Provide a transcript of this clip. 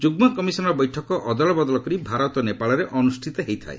ଯୁଗ୍ମ କମିଶନ୍ର ବୈଠକ ଅଦଳବଦଳ କରି ଭାରତ ଓ ନେପାଳରେ ଅନୁଷ୍ଠିତ ହୋଇଥାଏ